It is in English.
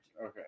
Okay